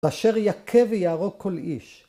‫ואשר יכה ויהרוג כל איש.